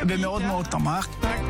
היועצת